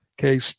Okay